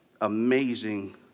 amazing